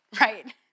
right